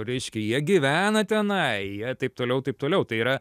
reiškia jie gyvena tenai jie taip toliau taip toliau tai yra